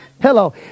Hello